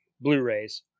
Blu-rays